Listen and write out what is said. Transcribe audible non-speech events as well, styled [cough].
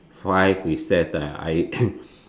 five is that uh I [coughs]